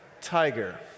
Tiger